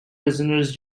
prisoners